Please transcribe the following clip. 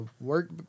work